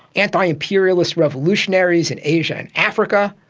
anti-imperialist revolutionaries in asia and africa,